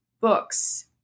books